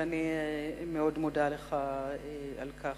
ואני מאוד מודה לך על כך,